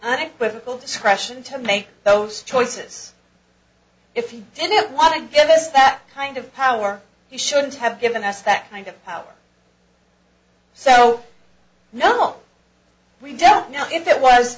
full discretion to make those choices if you didn't want to give us that kind of power you shouldn't have given us that kind of power so no we don't know if it was